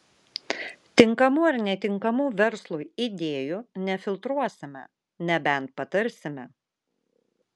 tinkamų ar netinkamų verslui idėjų nefiltruosime nebent patarsime